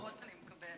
איזה מחמאות אני מקבלת.